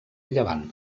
llevant